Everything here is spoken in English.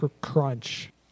crunch